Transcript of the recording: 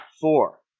four